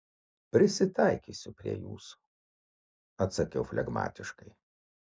prisitaikysiu prie jūsų atsakiau flegmatiškai